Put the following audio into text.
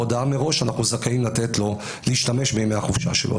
בהודעה מראש אנחנו זכאים לתת לו להשתמש בימי החופשה שלו.